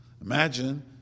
Imagine